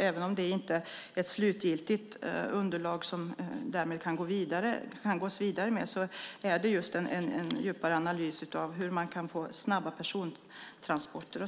Även om det inte är ett slutgiltigt underlag som det därmed kan gås vidare med, ger det en djupare analys av hur man kan få snabba persontransporter.